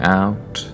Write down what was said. out